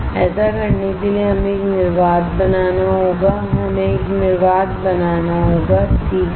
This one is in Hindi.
ऐसा करने के लिए हमें एक निर्वात बनाना होगा हमें एक निर्वा बनाना होगा ठीक है